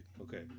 Okay